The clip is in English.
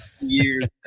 years